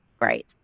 great